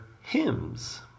hymns